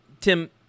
Tim